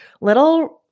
little